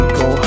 go